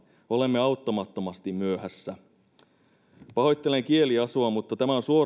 olemme auttamattomasti myöhässä pahoittelen kieliasua mutta tämä on suora lainaus